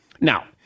Now